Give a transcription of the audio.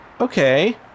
Okay